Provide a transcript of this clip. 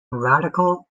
radical